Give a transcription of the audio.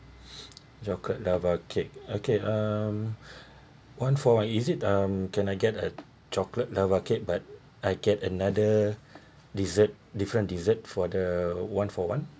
chocolate lava cake okay um one for is it um can I get a chocolate lava cake but I get another dessert different dessert for the one for one